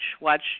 Watch